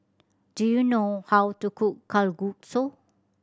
do you know how to cook Kalguksu